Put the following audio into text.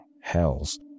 hells